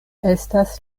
estas